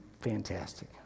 fantastic